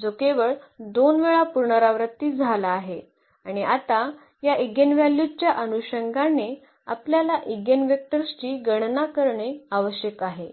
जो केवळ 2 वेळा पुनरावृत्ती झाला आहे आणि आता या एगेनव्हल्यूज च्या अनुषंगाने आपल्याला एगेनवेक्टर्सची गणना करणे आवश्यक आहे